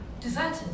Deserters